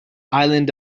island